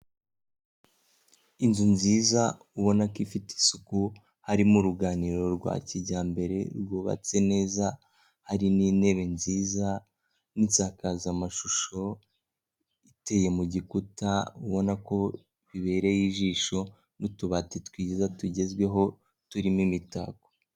Inzu nziza ubona ko ifite isuku, harimo uruganiriro rwa kijyambere rwubatse neza, hari n'intebe nziza, n'isakazamashusho iteye mu gikuta, ubona ko bibereye ijisho, n'utubati twiza tugezweho, turimo imitako.